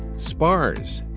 spars,